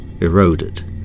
eroded